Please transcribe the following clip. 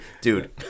Dude